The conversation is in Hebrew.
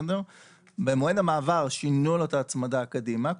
במועד המעבר שינו לו את ההצמדה קדימה,